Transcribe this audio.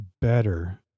better